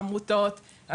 עמותות,